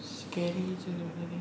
scary sia benda ni